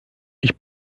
ich